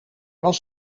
was